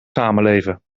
samenleven